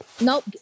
nope